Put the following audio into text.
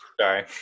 sorry